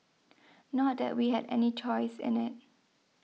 not that we had any choice in it